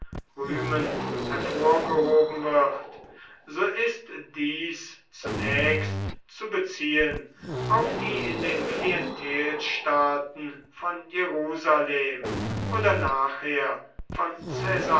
rühmend hervorgehoben wird so ist dies zunächst zu beziehen auf die in den klientelstaaten von jerusalem oder nachher von